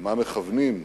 לְמה מכוונים,